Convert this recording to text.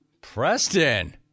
Preston